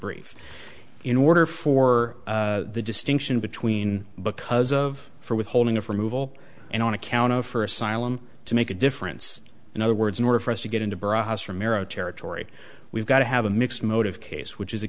brief in order for the distinction between because of for withholding a from evil and on account of for asylum to make a difference in other words in order for us to get into bras ramiro territory we've got to have a mixed motive case which is a